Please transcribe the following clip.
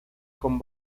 con